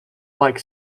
like